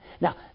Now